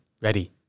ready